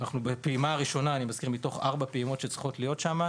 אנחנו בפעימה ראשונה מתוך ארבע פעימות שצריכות להיות שם,